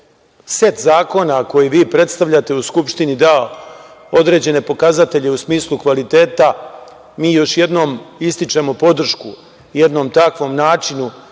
set zakona koji vi predstavljate u Skupštini dao određene pokazatelje u smislu kvaliteta, mi još jednom ističemo podršku jednom takvom načinu